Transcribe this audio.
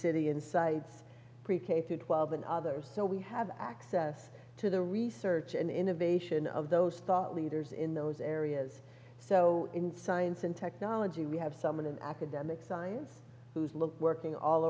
city insights pre k through twelve and others so we have access to the research and innovation of those thought leaders in those areas so in science and technology we have someone an academic science who's looked working all